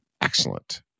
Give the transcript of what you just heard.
excellent